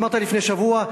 אמרת לפני שבוע,